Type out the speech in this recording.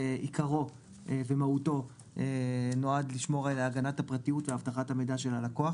שעיקרו ומהותו נועד לשמור על הגנת הפרטיות ואבטחת המידע של הלקוח.